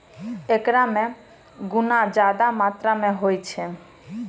एकरा मे गुना ज्यादा मात्रा मे होय छै